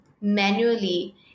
manually